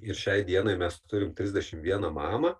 ir šiai dienai mes turim trisdešim vieną mamą